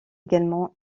également